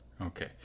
okay